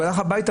והוא הלך הביתה.